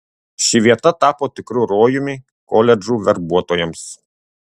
ši vieta tapo tikru rojumi koledžų verbuotojams